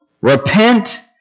Repent